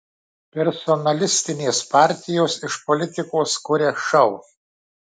personalistinės partijos iš politikos kuria šou